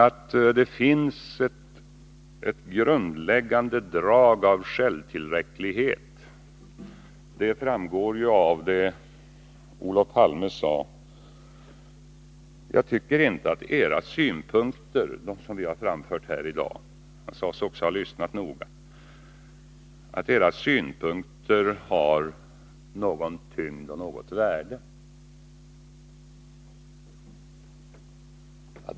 Att det finns ett grundläggande drag av självtillräcklighet hos Olof Palme framgår av vad han sade: Jag tycker inte att era synpunkter i dag — han sade sig ha lyssnat noga — har någon tyngd och något värde.